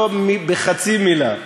לא בחצי מילה.